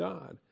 God